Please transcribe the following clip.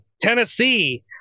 Tennessee